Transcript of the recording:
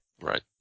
Right